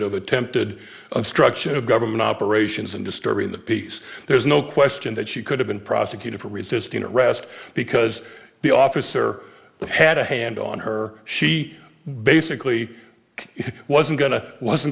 of attempted obstruction of government operations and disturbing the peace there's no question that she could have been prosecuted for resisting arrest because the officer had a hand on her she basically wasn't going to wasn't